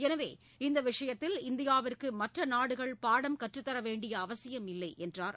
எனவே இந்த விஷயத்தில் இந்தியாவிற்கு மற்ற நாடுகள் பாடம் கற்றுத்தர வேண்டிய அவசியமில்லை என்றார்